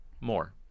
more